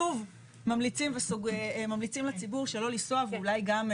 שוב ממליצים לציבור שלא לנסוע ואולי גם,